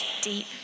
deep